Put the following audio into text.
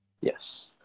yes